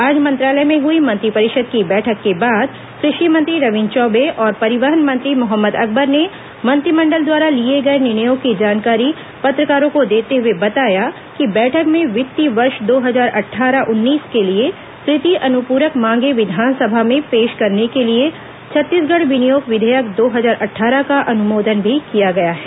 आज मंत्रालय में हई मंत्रिपरिषद की बैठक के बाद कृषि मंत्री रविन्द्र चौबे और परिवहन मंत्री मोहम्मद अकबर ने मंत्रिमंडल द्वारा लिए गए निर्णयों की जानकारी पत्रकार्रो को देते हुए बताया कि बैठक में वित्तीय वर्ष दो हजार अट्ठारह उन्नीस के लिए तृतीय अनुपूरक मांगें विधानसभा में पेश करने के लिए छत्तीसगढ़ विनियोग विधेयक दो हजार अट्ठारह का अनुमोदन भी किया गया है